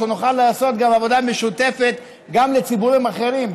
שנוכל לעשות גם עבודה משותפת גם לגבי ציבורים אחרים,